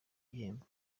gihembo